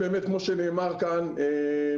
כמו שנאמר כאן,